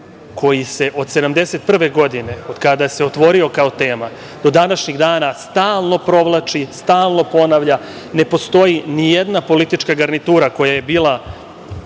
koji se od 1971. godine, od kada se otvorio kao tema do današnjih dana stalno provlači, stalno ponavlja, ne postoji nijedna politička garnitura koja je bila